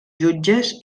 jutges